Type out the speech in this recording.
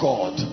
God